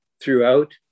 throughout